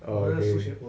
oh okay